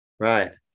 Right